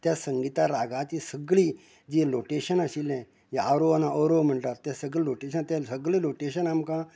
त्या संगीताक रागाची सगळीं जी रोटेशन आशिल्लें ये आवरुं आनी ओवरो म्हणटा तें सगळें रोटेशन ते रोटेशन आमकां